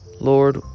Lord